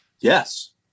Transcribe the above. yes